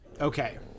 Okay